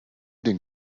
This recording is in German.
den